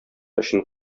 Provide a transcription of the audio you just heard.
өчен